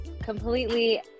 completely